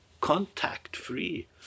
contact-free